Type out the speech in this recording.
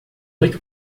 oito